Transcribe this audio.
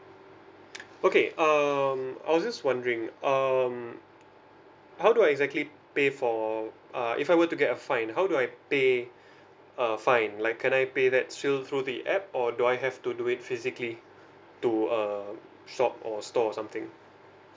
okay um I was just wondering um how do I exactly pay for uh if I were to get a fine how do I pay a fine like can I pay that still through the app or do I have to do it physically to a shop or store or something